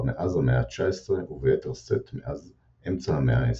מאז המאה ה-19 וביתר שאת מאז אמצע המאה ה-20.